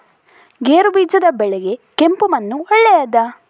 ಗೇರುಬೀಜದ ಬೆಳೆಗೆ ಕೆಂಪು ಮಣ್ಣು ಒಳ್ಳೆಯದಾ?